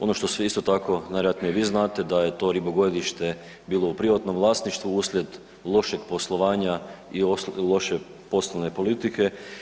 Ono što svi isto tako, vjerojatno i vi znate da je to ribogojilište bilo u privatnom vlasništvu uslijed lošeg poslovanja i loše poslovne politike.